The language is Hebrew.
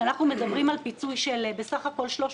כשמדברים על פיצוי של בסך הכול 300